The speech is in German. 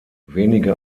wenige